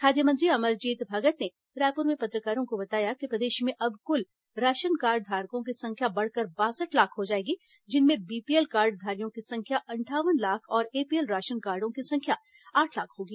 खाद्य मंत्री अमरजीत भगत ने रायपुर में पत्रकारों को बताया कि प्रदेश में अब कुल राशन कार्ड धारकों की संख्या बढ़कर बासठ लाख हो जाएगी जिनमें बीपीएल कार्डधारियों की संख्या अंठावन लाख और एपीएल राशन कार्डो की संख्या आठ लाख होगी